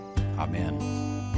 amen